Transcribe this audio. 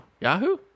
Yahoo